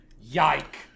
Yike